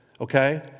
okay